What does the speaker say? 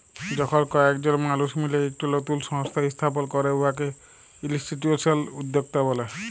যখল কয়েকজল মালুস মিলে ইকট লতুল সংস্থা ইস্থাপল ক্যরে উয়াকে ইলস্টিটিউশলাল উদ্যক্তা ব্যলে